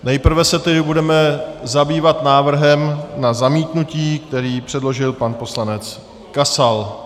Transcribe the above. Nejprve se tedy budeme zabývat návrhem na zamítnutí, který předložil pan poslanec Kasal.